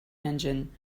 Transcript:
engine